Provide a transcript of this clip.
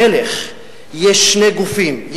שלמלך יש שני גופים,